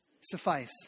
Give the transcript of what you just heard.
suffice